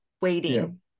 waiting